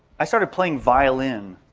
i started playing violin